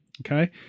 Okay